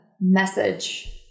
message